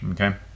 okay